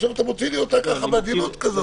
עכשיו אתה מוציא לי אותה ככה בעדינות כזאת.